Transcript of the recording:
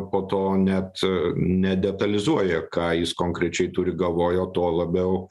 po to net nedetalizuoja ką jis konkrečiai turi galvoj o tuo labiau